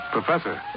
Professor